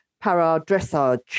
para-dressage